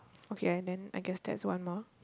okay and then I guessed that's one more